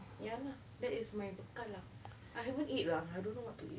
ya lah that is my bekal lah I haven't eat lah I don't know what to eat